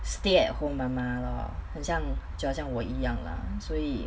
stay at home mama lor 很像像我一样 lah 所以